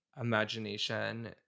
imagination